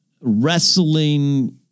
wrestling